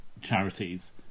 charities